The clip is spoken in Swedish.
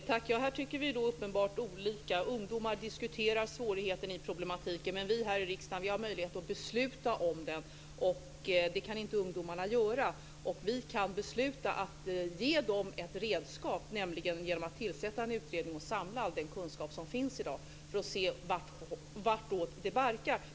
Herr talman! Här tycker vi uppenbart olika. Ungdomar diskuterar svårigheten i problematiken, men vi här i riksdagen har möjlighet att besluta om den. Det kan inte ungdomarna göra. Vi kan besluta att ge dem ett redskap, nämligen genom att tillsätta en utredning och samla all den kunskap som finns i dag för att se vartåt det barkar.